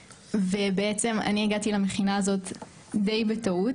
ובעצם אני הגעתי למכינה זאת די בטעות,